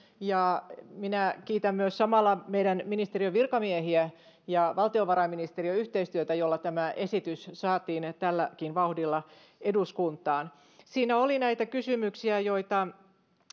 ja kiitän myös samalla meidän ministeriön virkamiehiä ja valtiovarainministeriön yhteistyötä jolla tämä esitys saatiin tälläkin vauhdilla eduskuntaan siinä oli näitä kysymyksiä joita